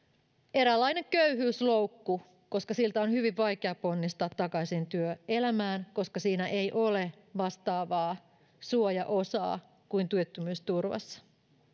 eräänlainen köyhyysloukku koska siltä on hyvin vaikea ponnistaa takaisin työelämään koska siinä ei ole vastaavaa suojaosaa kuin työttömyysturvassa